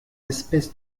espèces